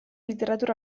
literatur